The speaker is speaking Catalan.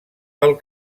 pel